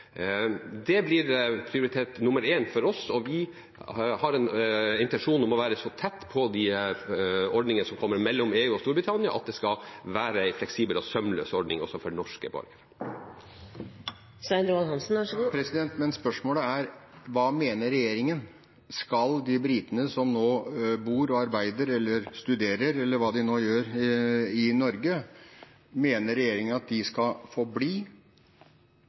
Det er et tjuetalls tusen. Det blir prioritet nummer én for oss. Vi har en intensjon om å være så tett på de ordningene som kommer mellom EU og Storbritannia, at det skal være en fleksibel og sømløs ordning også for norske borgere. Men spørsmålet er: Hva mener regjeringen? Skal de britene som nå bor og arbeider eller studerer – eller hva de nå gjør – i Norge, få bli, eller skal de behandles som tredjelandsborgere og vurderes ut fra det? Hvis de skal